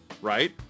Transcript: right